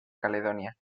caledonia